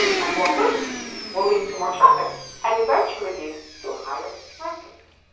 and more clicks will lead to more traffic and eventually lead to higher rankings!